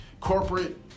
corporate